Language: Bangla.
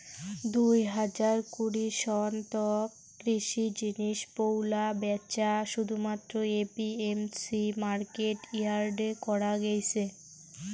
দুই হাজার কুড়ি সন তক কৃষি জিনিস পৈলা ব্যাচা শুধুমাত্র এ.পি.এম.সি মার্কেট ইয়ার্ডে করা গেইছে